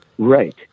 Right